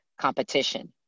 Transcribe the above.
competition